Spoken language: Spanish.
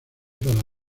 para